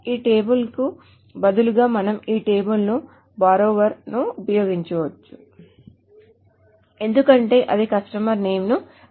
ఈ టేబుల్ కు బదులుగా మనము ఈ టేబుల్ ను బార్రోవర్ ను ఉపయోగించవచ్చు ఎందుకంటే అది కస్టమర్ నేమ్ ను కలిగి ఉంటుంది